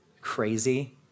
crazy